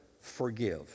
forgive